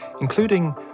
including